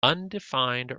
undefined